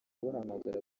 bahamagara